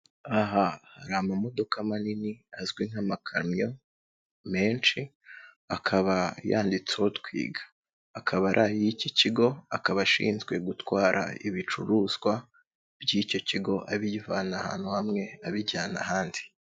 Aha hari amamodokaka manini azwi nk'amakamyo menshi, akaba yanditseho twiga, akaba ari ay'iki kigo, akaba ashinzwe gutwara ibicuruzwa by'icyo kigo abivana ahantu hamwe abijyana ahandi.